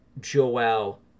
Joel